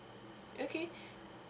okay